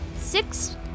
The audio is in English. six